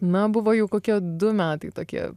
na buvo jau kokie du metai tokie